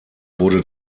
wurde